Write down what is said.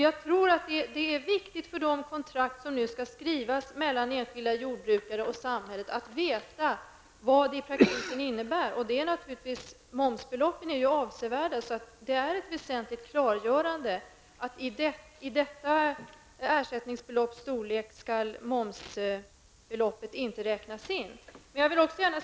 Jag tror att det är viktigt för de kontrakt som nu skall skrivas mellan enskilda jordbrukare och samhället att man vet vad det i praktiken innebär. Och momsbeloppen är ju avsevärda. Det är alltså ett väsentligt klargörande att momsbeloppet inte skall räknas in i ersättningsbeloppet.